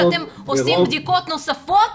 שאתם עושים בדיקות נוספות,